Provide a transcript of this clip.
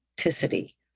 authenticity